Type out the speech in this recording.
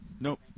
Nope